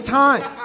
time